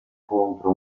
contro